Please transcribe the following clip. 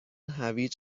هویج